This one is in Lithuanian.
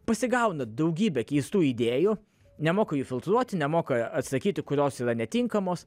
pasigauna daugybę keistų idėjų nemoka jų filtruoti nemoka atsakyti kurios yra netinkamos